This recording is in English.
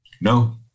No